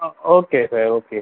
ah okay sir okay sir